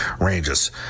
ranges